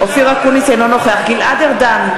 אינו נוכח גלעד ארדן,